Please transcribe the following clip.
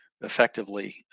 effectively